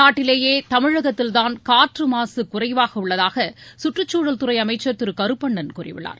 நாட்டிலேயே தமிழகத்தில்தான் காற்று மாசு குறைவாக உள்ளதாக சுற்றுச்சூழல் துறை அமைச்சர் திரு கருப்பண்ணன் கூறியுள்ளார்